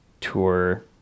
tour